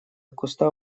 куста